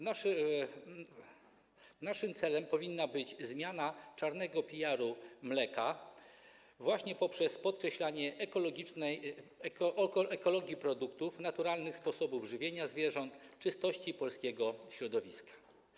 Naszym celem powinna być zmiana czarnego PR-u mleka właśnie poprzez podkreślanie ekologiczności produktów, naturalnych sposobów żywienia zwierząt, czystości polskiego środowiska.